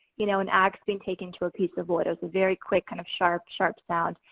you know an ax being taken to a piece of wood. it was a very quick, kind of sharp sharp sound.